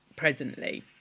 presently